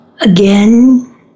again